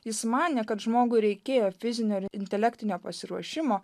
jis manė kad žmogui reikėjo fizinio ir intelektinio pasiruošimo